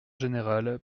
générale